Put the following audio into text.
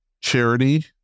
charity